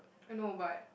I know but